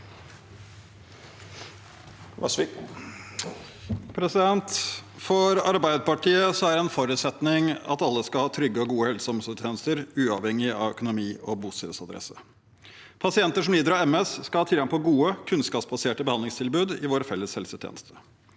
For Arbeiderpartiet er det en forutsetning at alle skal ha trygge og gode helseog omsorgstjenester uavhengig av økonomi og bostedsadresse. Pasienter som lider av MS, skal ha tilgang på gode, kunnskapsbaserte behandlingstilbud i vår felles helsetjeneste.